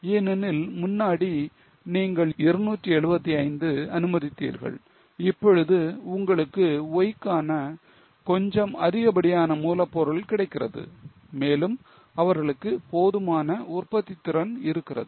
ஏனெனில் முன்னாடி நீங்கள் 275 அனுமதித்தீர்கள் இப்பொழுது உங்களுக்கு Y கான கொஞ்சம் அதிகப்படியான மூலப்பொருள் கிடைக்கிறது மேலும் அவர்களுக்கு போதுமான உற்பத்தித்திறன் இருக்கிறது